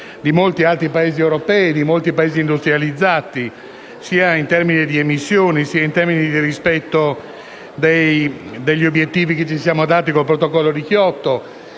di molti altri Paesi europei e di molti Paesi industrializzati, sia in termini di emissioni, sia in termini di rispetto degli obiettivi che ci siamo dati con il Protocollo di Kyoto.